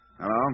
Hello